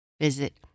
Visit